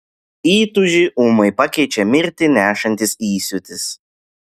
įtūžį ūmai pakeičia mirtį nešantis įsiūtis